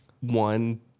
one